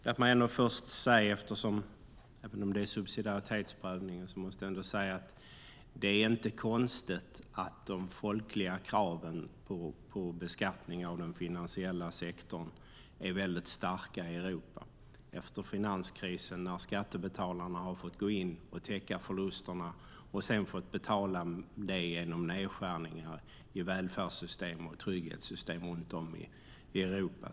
Låt mig först säga, även om det gäller en subsidiaritetsprövning, att det inte är konstigt att de folkliga kraven på beskattning av den finansiella sektorn är väldigt starka i Europa efter finanskrisen när skattebetalarna har fått gå in och täcka förlusterna och sedan fått betala det genom nedskärningar i välfärdssystem och trygghetssystem runt om i Europa.